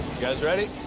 guys, ready?